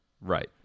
Right